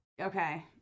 Okay